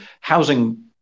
housing